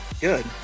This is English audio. Good